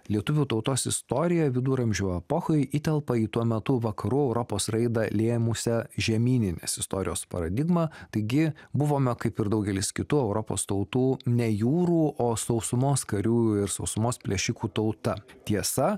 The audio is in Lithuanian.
lietuvių tautos istorija viduramžių epochoj įtelpa į tuo metu vakarų europos raidą lėmusią žemyninės istorijos paradigmą taigi buvome kaip ir daugelis kitų europos tautų ne jūrų o sausumos karių ir sausumos plėšikų tauta tiesa